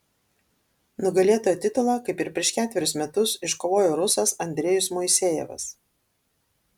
nugalėtojo titulą kaip ir prieš ketverius metus iškovojo rusas andrejus moisejevas